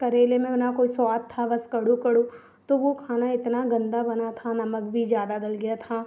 करेले में ना कोई स्वाद था बस कड़ू कड़ू तो वह खाना इतना गंदा बना था नमक भी ज़्यादा दल गया था